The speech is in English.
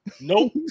Nope